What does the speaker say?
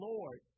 Lord